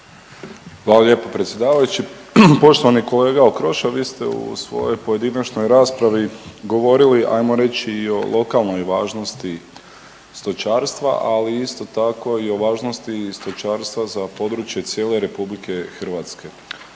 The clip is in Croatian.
Hvala lijepo predsjedavajući. Poštovani kolega Okroša, vi ste u svojoj pojedinačnoj raspravi govorili ajmo reći i o lokalnoj važnosti stočarstva, ali isto tako i o važnosti stočarstva za područje cijele RH.